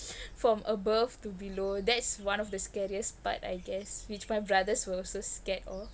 from above to below that's one of the scariest part I guess which my brothers were also scared of